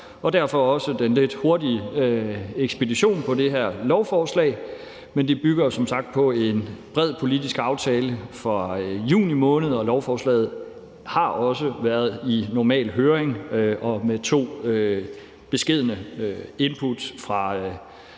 og deraf også den lidt hurtige ekspedition af det her lovforslag. Men det bygger jo som sagt på en bred politisk aftale fra juni måned, og lovforslaget har også været i normal høring med to beskedne input fra